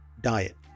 diet